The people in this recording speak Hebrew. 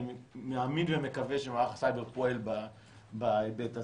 אני מאמין ומקווה שמערך הסייבר פועל בהיבט הזה.